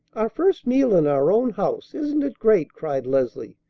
our first meal in our own house! isn't it great? cried leslie,